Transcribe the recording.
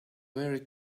very